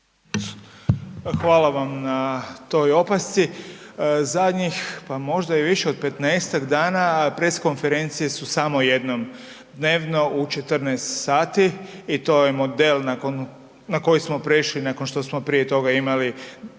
Hvala vam na toj opasci. Zadnjih, pa možda i više od 15-tak dana pres konferencije su samo jednom dnevno u 14 sati i to je model na koji smo prešli nakon što smo prije toga imali